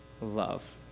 love